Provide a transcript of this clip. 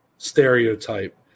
stereotype